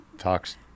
talks